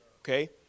Okay